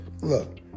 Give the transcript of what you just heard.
Look